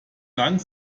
lang